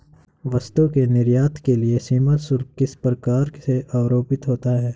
वस्तु के निर्यात के लिए सीमा शुल्क किस प्रकार से आरोपित होता है?